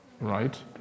Right